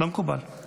זה כתוב בתקנות?